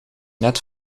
net